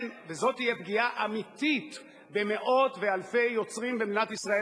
וזאת תהיה פגיעה אמיתית במאות ואלפי יוצרים במדינת ישראל,